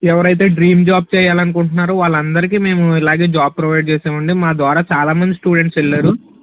ఎవరైతే dream job చేయాలనుకుంటున్నారో వాళ్ళందరికీ మేము ఇలాగే జాబ్ ప్రొవైడ్ చేశాము అండి మా ద్వారా చాలామంది స్టూడెంట్స్ వెళ్ళారు